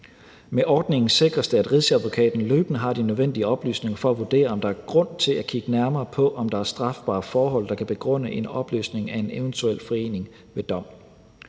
Med ordningen sikres det, at Rigsadvokaten løbende har de nødvendige oplysninger for at vurdere, om der er grund til at kigge nærmere på, om der er strafbare forhold, der kan begrunde en opløsning af en eventuel forening ved dom.